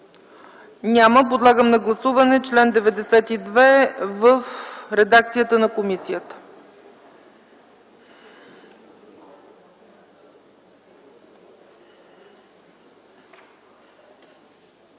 Няма. Подлагам на гласуване чл. 96 в редакцията на комисията.